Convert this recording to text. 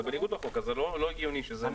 זה בניגוד לחוק אז לא הגיוני שזה קורה.